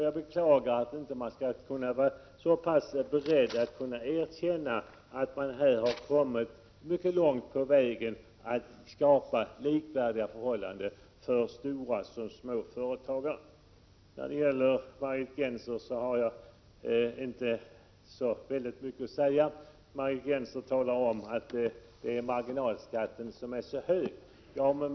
Jag beklagar att det finns de som har så svårt att erkänna att utskottet har kommit mycket långt på vägen mot att skapa likvärdiga förhållanden för stora och små företag. Till Margit Gennser har jag inte så väldigt mycket att säga. Hon talar om att marginalskatten är så hög.